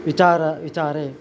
विचारे विचारे